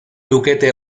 lukete